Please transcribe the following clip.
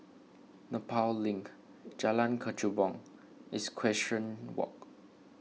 Nepal Link Jalan Kechubong and Equestrian Walk